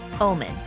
Omen